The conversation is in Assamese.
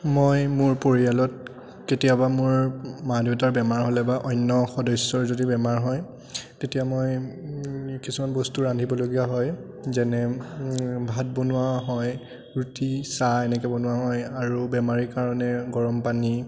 মই মোৰ পৰিয়ালত কেতিয়াবা মোৰ মা দেউতাৰ বেমাৰ হ'লে বা অন্য সদস্যৰ যদি বেমাৰ হয় তেতিয়া মই কিছুমান বস্তু ৰান্ধিবলগীয়া হয় যেনে ভাত বনোৱা হয় ৰুটি চাহ এনেকে বনোৱা হয় আৰু বেমাৰীৰ কাৰণে গৰম পানী